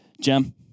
Jim